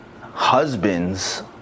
husbands